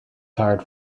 tired